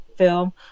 Film